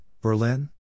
Berlin